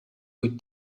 with